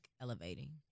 elevating